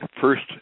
first